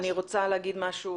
אני רוצה להגיד משהו